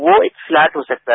वो एक फ्लैट हो सकता है